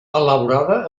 elaborada